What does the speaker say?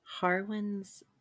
harwin's